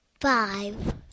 five